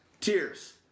tears